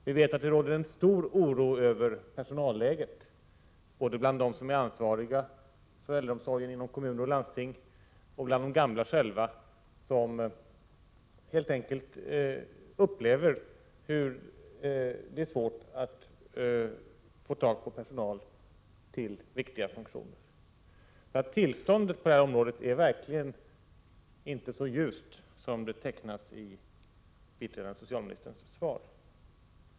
Vi vet att det råder stor oro över personalläget både bland dem som är ansvariga för äldreomsorgen inom kommuner och landsting och bland de gamla själva, som helt enkelt upplever hur svårt det är att få tag på personal till viktiga funktioner. Tillståndet på det här området är verkligen inte så ljust som det tecknas i biträdande socialministerns svar.